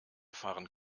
fahren